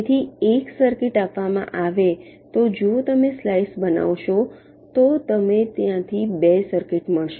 તેથી એક સર્કિટ આપવામાં આવે તો જો તમે સ્લાઈસ બનાવશો તો તમને ત્યાંથી 2 સર્કિટ મળશે